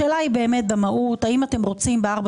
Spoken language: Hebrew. השאלה היא באמת במהות האם אתם רוצים בארבע